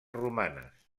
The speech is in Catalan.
romanes